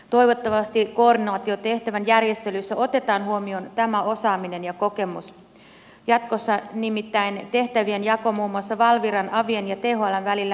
toivottavasti koordinaatiotehtävän järjestelyissä otetaan huomioon tämä osaaminen ja kokemus nimittäin lakiesityksestä ei täysin selviä tehtävien jako jatkossa muun muassa valviran avien ja thln välillä